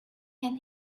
and